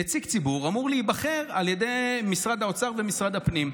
נציג ציבור אמור להיבחר על ידי משרד האוצר ומשרד הפנים.